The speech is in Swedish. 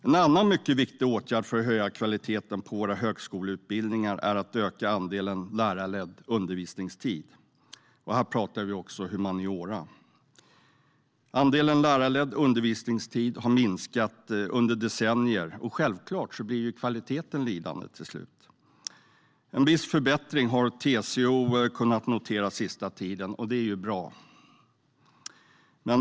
En annan mycket viktig åtgärd för att höja kvaliteten på våra högskoleutbildningar är att öka andelen lärarledd undervisningstid, även inom humaniora. Andelen lärarledd undervisningstid har minskat under decennier, och självklart blir kvaliteten till slut lidande. TCO har dock kunnat notera en viss förbättring den senaste tiden, och det är bra.